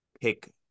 pick